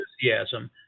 enthusiasm